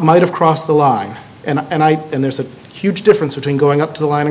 might have crossed the line and i and there's a huge difference between going up to the line